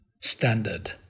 standard